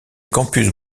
campus